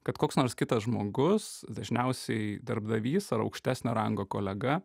kad koks nors kitas žmogus dažniausiai darbdavys ar aukštesnio rango kolega